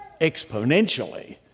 exponentially